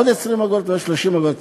עוד 20 אגורות ו-30 אגורות